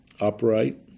upright